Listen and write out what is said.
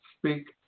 speak